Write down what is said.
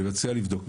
אני מציע לבדוק.